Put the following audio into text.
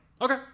okay